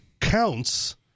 counts